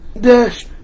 dash